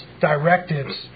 directives